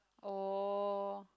oh